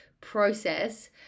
process